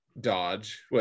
dodge